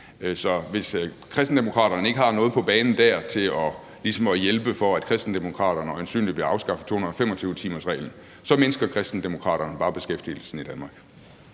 Så hvis Kristendemokraterne ikke har noget at sætte i stedet for det, som Kristendemokraterne øjensynligt vil gøre, nemlig at afskaffe 225-timersreglen, så mindsker Kristendemokraterne bare beskæftigelsen i Danmark.